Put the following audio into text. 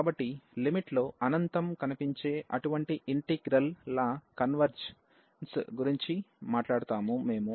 కాబట్టి లిమిట్ లో అనంతం కనిపించే అటువంటి ఇంటిగ్రల్ ల కన్వర్జెన్స్ గురించి మేము మాట్లాడుతాము